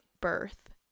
birth